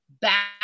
back